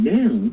now